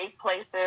places